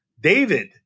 David